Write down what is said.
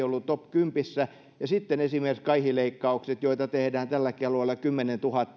ollut top kympissä ja sitten ovat esimerkiksi kaihileikkaukset joita tehdään tälläkin alueella kymmenentuhannen